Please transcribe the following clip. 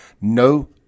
No